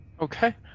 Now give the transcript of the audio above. Okay